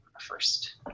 first